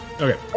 Okay